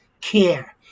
care